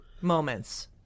moments